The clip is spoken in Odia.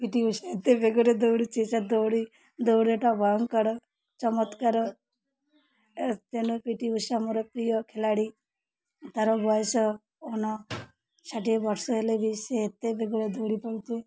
ପି ଟି ଉଷା ଏତେ ବେଗରେ ଦୌଡ଼ୁଛି ସେ ଦୌଡ଼ି ଦୌଡ଼ିବାଟା ବନ୍ଦ କର ଚମତ୍କାର ତେଣୁ ପି ଟି ଉଷା ମୋର ପ୍ରିୟ ଖେଳାଳି ତା'ର ବୟସ ଅଣଷଠି ବର୍ଷ ହେଲେ ବି ସେ ଏତେ ବେଗରେ ଦୌଡ଼ି ପଡ଼ୁଛି